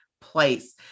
place